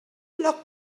locked